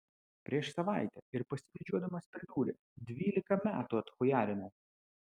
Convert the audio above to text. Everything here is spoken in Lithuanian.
prieš savaitę ir pasididžiuodamas pridūrė dvylika metų atchujarinau